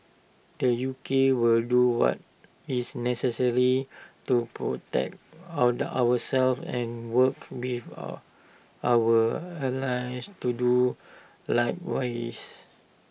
the U K will do what is necessary to protect our ourselves and work with our allies to do likewise